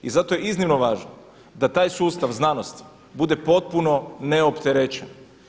I zato je iznimno važno da taj sustav znanosti bude potpuno neopterećen.